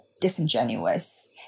disingenuous